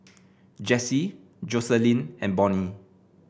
Jessie Joseline and Bonny